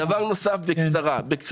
דבר נוסף בקצרה.